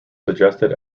suggested